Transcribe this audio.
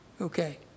Okay